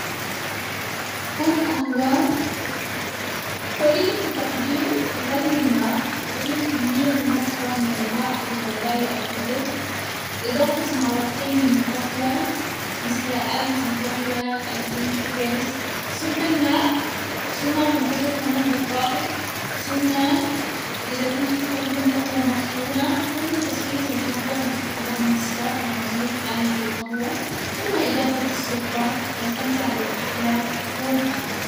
كوب قهوة، طريقة التحضير غلي الماء، اغلي كمية مناسبة من الماء في غلاية او قدر، اضافة معلقتين من القهوة مسل الة القهوة الفرنش برس، صب الماء ثم تنتظر خمس دقائق، ثم اذا كنت تستخدم قهوة مطحونة قم بتصفية القهوة باستخدام مصفى او عن طريق الة القهوة، ثم اضافة السكر، واستمتع باحلى كوب قهوة.